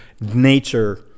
nature